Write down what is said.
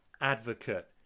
advocate